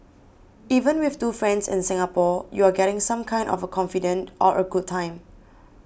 even with two friends in Singapore you're getting some kind of a confidante or a good time